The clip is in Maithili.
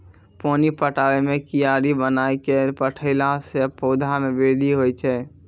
पानी पटाबै मे कियारी बनाय कै पठैला से पौधा मे बृद्धि होय छै?